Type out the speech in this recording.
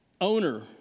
owner